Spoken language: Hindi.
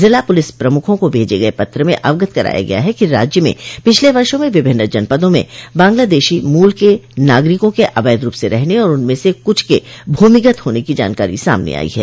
जिला पुलिस प्रमुखों को भेजे गये पत्र में अवगत कराया गया है कि राज्य में पिछले वर्षो में विभिन्न जनपदों में बांग्लादेशी मूल के नागरिकों के अवैध रूप से रहने और उनमें से कुछ के भूमिगत होने की जानकारी सामने आई है